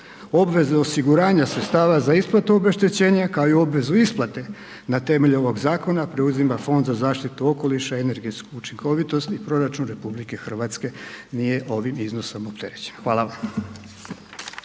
Obveze osiguranja sredstava za isplatu obeštećenja, kao i obvezu isplate na temelju ovog zakona, preuzima Fond za zaštitu okoliša i energetsku učinkovitost i proračun RH nije ovim iznosom opterećen. Hvala.